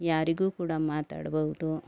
ಯಾರಿಗೂ ಕೂಡ ಮಾತಾಡ್ಬವ್ದು